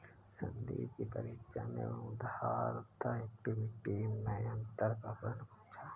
संदीप की परीक्षा में उधार तथा इक्विटी मैं अंतर का प्रश्न पूछा